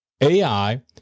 AI